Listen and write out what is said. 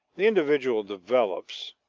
the individual develops,